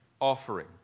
offering